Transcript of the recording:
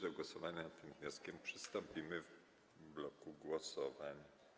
Do głosowania nad tym wnioskiem przystąpimy w bloku głosowań.